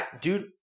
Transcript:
Dude